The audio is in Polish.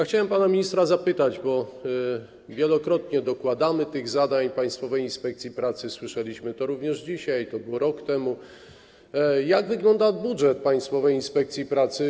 Chciałem zapytać pana ministra - bo wielokrotnie dokładamy zadań Państwowej Inspekcji Pracy, słyszeliśmy to również dzisiaj, tak było rok temu - jak wygląda budżet Państwowej Inspekcji Pracy.